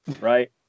right